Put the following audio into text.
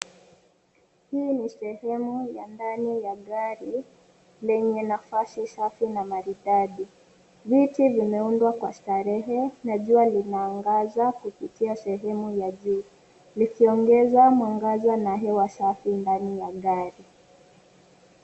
Hii ni sehemu ya ndani ya gari lenye nafasi safi na maridadi. Viti vimeundwa kwa starehe na jua linaangaza kupitia sehemu ya juu likiongeza mwangaza na hewa safi ndani ya gari.